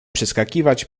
przeskakiwać